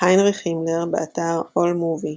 היינריך הימלר, באתר AllMovie